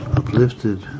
uplifted